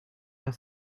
your